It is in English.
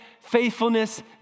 faithfulness